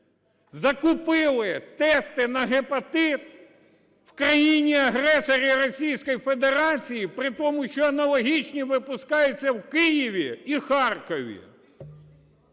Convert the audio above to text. Закупили тести на гепатит в країні-агресорі Російській Федерації, при тому що аналогічні випускаються в Києві і Харкові.